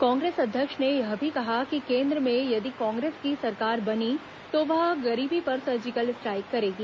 कांग्रेस अध्यक्ष ने यह भी कहा कि केन्द्र में यदि कांग्रेस की सरकार बनी तो वह गरीबी पर सर्जिकल स्ट्राइक करेगी